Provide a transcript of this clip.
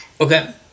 Okay